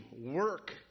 Work